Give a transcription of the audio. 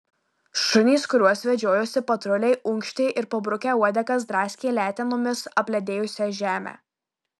šunys kuriuos vedžiojosi patruliai unkštė ir pabrukę uodegas draskė letenomis apledėjusią žemę